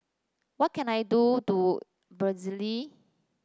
what can I do do Belize